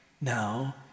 now